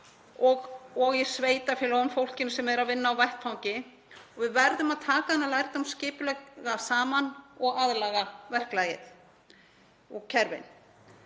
og í sveitarfélögunum, fólkinu sem er að vinna á vettvangi. Við verðum að taka þennan lærdóm skipulega saman og aðlaga verklagið og kerfin.